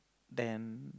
then